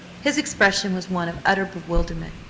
his expression was one of utter bewilderment,